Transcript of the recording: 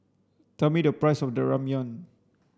tell me the price of Ramyeon